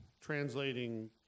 translating